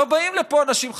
לא באים לפה אנשים חדשים.